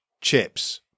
chips